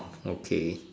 okay